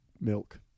Milk